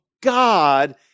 God